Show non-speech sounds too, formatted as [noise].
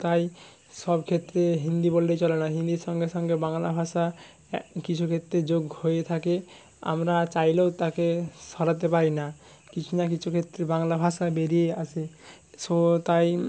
তাই সব ক্ষেত্রে হিন্দি বললেই চলে না হিন্দির সঙ্গে সঙ্গে বাংলা ভাষা [unintelligible] কিছু ক্ষেত্রে যোগ হয়ে থাকে আমরা চাইলেও তাকে সরাতে পারি না কিছু না কিছু ক্ষেত্রে বাংলা ভাষা বেরিয়ে আসে সো তাই